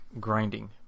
grinding